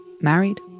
married